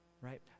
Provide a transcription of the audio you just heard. right